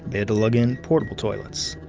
they had to lug in portable toilets.